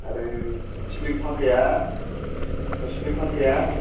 आरो सिलिं फांखाया